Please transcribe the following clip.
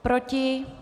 Proti?